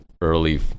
early